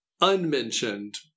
unmentioned